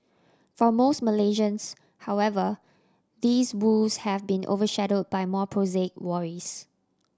for most Malaysians however these woes have been overshadowed by more prosaic worries